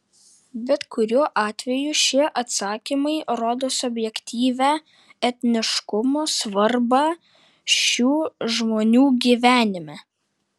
bet kuriuo atveju šie atsakymai rodo subjektyvią etniškumo svarbą šių žmonių gyvenime